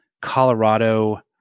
Colorado